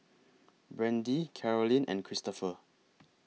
Brandie Carolyn and Christoper